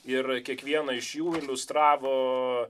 ir kiekvieną iš jų iliustravo